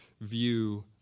view